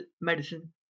medicine